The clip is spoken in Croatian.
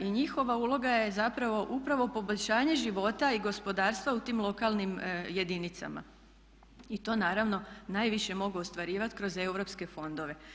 I njihova uloga je zapravo upravo poboljšanje života i gospodarstva u tim lokalnim jedinicama i to naravno najviše mogu ostvarivati kroz europske fondove.